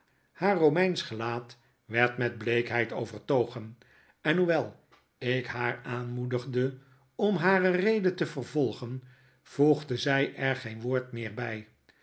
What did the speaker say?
haar romeinsch gelaat werd met bleekheid overtogen en hoewel ik haar aanmoedigde om hare rede te vervolgen voegde zy er geen woord meer by